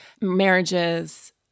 marriages